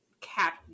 cap